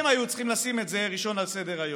הם היו צריכים לשים את זה ראשון על סדר-היום.